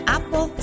Apple